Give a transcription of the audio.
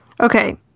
Okay